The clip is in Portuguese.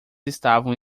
estavam